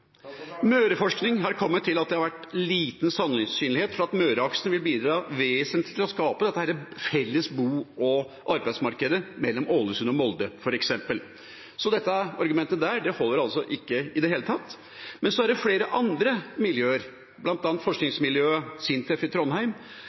Møreforskning har kommet til at det er liten sannsynlighet for at Møreaksen vil bidra vesentlig til å skape dette felles bo- og arbeidsmarkedet mellom f.eks. Ålesund og Molde. Det argumentet holder altså ikke i det hele tatt. Det er flere andre miljøer,